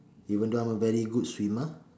even though I'm a very good swimmer